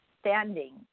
Standing